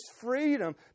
freedom